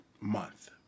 month